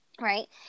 Right